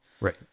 Right